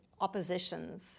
oppositions